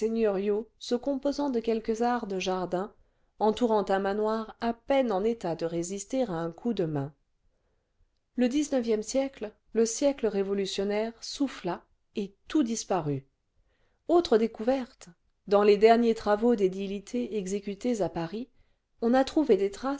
se composant de quelques ares de jardin entourant un manoir à peine en état de résister à un coup de main le xixe siècle le siècle révolutionnaire souffla et tout disparut autre découverte dans les derniers travaux d'édilité exécutés à paris on a trouvé des traces